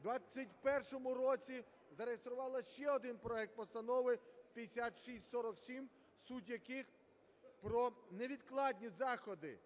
у 2021 році зареєструвала ще один проект Постанови 5647, суть яких - про невідкладні заходи